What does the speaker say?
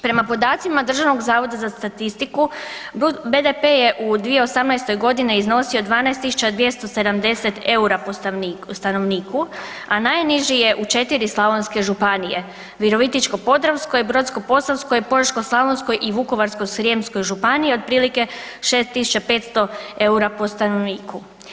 Prema podacima Državnog zavoda za statistiku BDP je u 2018.g. iznosio 12.270 EUR-a po stanovniku, a najniži je u 4 slavonske županije, Virovitičko-podravskoj, Brodsko-posavskoj, Požeško-slavonskoj i Vukovarsko-srijemskoj županiji, otprilike 6.500 EUR-a po stanovniku.